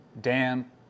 Dan